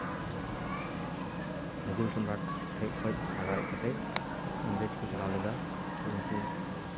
ᱢᱳᱜᱷᱳᱞ ᱥᱚᱢᱨᱟᱴ ᱴᱷᱮᱡ ᱠᱷᱚᱡ ᱞᱟᱜᱟ ᱨᱮᱡ ᱠᱟᱛᱮ ᱤᱝᱨᱮᱹᱡᱽ ᱠᱚ ᱪᱟᱞᱟᱣ ᱞᱮᱫᱟ ᱛᱚ ᱩᱱᱠᱩ